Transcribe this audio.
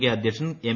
K അദ്ധ്യക്ഷൻ M